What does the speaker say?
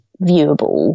viewable